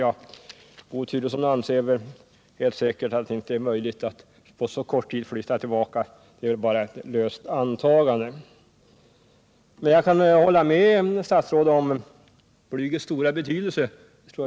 Bo Turesson anser väl helt enkelt att det inte är möjligt att på så kort tid flytta tillbaka, utan det är bara ett löst antagande. Jag kan emellertid hålla med statsrådet om flygets stora betydelse.